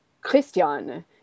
Christian